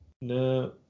no